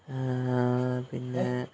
പിന്നെ